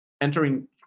entering